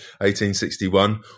1861